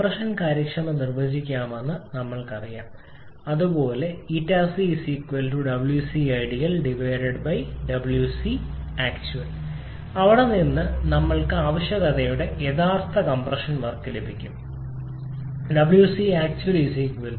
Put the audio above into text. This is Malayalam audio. കംപ്രഷൻ കാര്യക്ഷമത നിർവചിക്കാമെന്ന് ഞങ്ങൾക്കറിയാം പോലെ 𝜂𝐶 𝑊𝐶𝑖𝑑𝑒𝑎𝑙𝑊𝐶𝑎𝑐𝑡𝑢𝑎𝑙 അവിടെ നിന്ന് ഞങ്ങൾക്ക് ആവശ്യകതയുടെ യഥാർത്ഥ കംപ്രഷൻ വർക്ക് ലഭിക്കും 𝑊𝐶𝑎𝑐𝑡𝑢𝑎𝑙 305